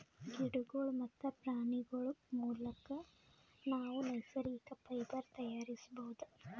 ಗಿಡಗೋಳ್ ಮತ್ತ್ ಪ್ರಾಣಿಗೋಳ್ ಮುಲಕ್ ನಾವ್ ನೈಸರ್ಗಿಕ್ ಫೈಬರ್ ತಯಾರಿಸ್ಬಹುದ್